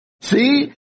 See